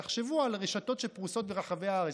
תחשבו על רשתות שפרוסות ברחבי הארץ.